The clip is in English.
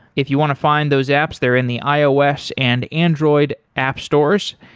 if you want to find those apps, they are in the ios and android app stores.